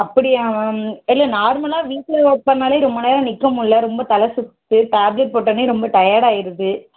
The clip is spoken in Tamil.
அப்படியா மேம் இல்லை நார்மலாக வீட்டில் ஒர்க் பண்ணிணாலே ரொம்ப நேரம் நிற்க முடில ரொம்ப தலை சுற்றுது டேப்லெட் போட்டோவுன்னே ரொம்ப டயடாகிருது